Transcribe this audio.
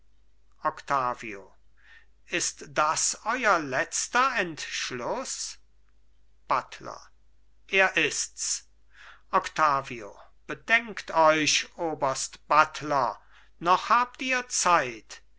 ist das euer letzter entschluß buttler er ists octavio bedenkt euch oberst buttler noch habt ihr zeit